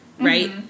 Right